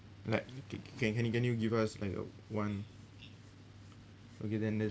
like you can you can you can you give us like a one okay then there's